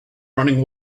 running